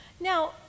Now